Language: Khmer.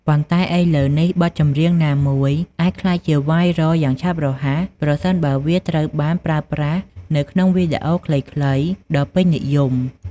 ប៉ុន្តែឥឡូវនេះ បទចម្រៀងណាមួយអាចក្លាយជា វ៉ាយរ៉ល (viral) យ៉ាងឆាប់រហ័ស ប្រសិនបើវាត្រូវបានប្រើប្រាស់នៅក្នុងវីដេអូខ្លីៗ ដ៏ពេញនិយម។